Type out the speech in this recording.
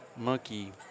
monkey